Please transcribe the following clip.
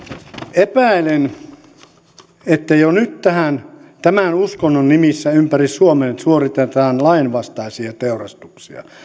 epäilen että jo nyt tämän uskonnon nimissä ympäri suomen suoritetaan lainvastaisia teurastuksia